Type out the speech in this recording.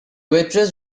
waitress